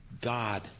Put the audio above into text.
God